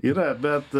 yra bet